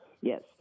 Yes